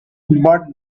but